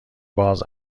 باز